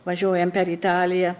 važiuojam per italiją